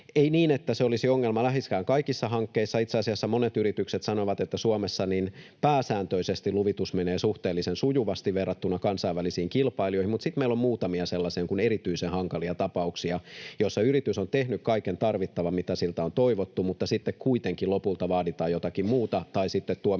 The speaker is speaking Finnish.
Ei niin, että se olisi ongelma läheskään kaikissa hankkeissa, vaan itse asiassa monet yritykset sanovat, että Suomessa pääsääntöisesti luvitus menee suhteellisen sujuvasti verrattuna kansainvälisiin kilpailijoihin, mutta sitten meillä on muutamia sellaisia erityisen hankalia tapauksia, joissa yritys on tehnyt kaiken tarvittavan, mitä siltä on toivottu, mutta sitten kuitenkin lopulta vaaditaan jotakin muuta tai sitten